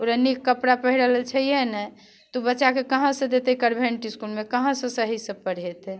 ओकरा नीक कपड़ा पहिरय लेल छैहे नहि तऽ बच्चाकेँ कहाँसँ देतै कॉन्भेन्ट इसकुलमे कहाँसँ सहीसँ पढ़ेतै